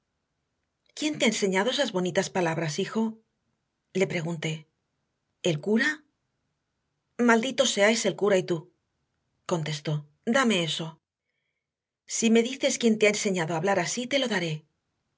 quién te ha enseñado esas bonitas palabras hijo le pregunté el cura malditos seáis el cura y tú contestó dame eso si me dices quién te ha enseñado a hablar así te lo daré